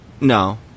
No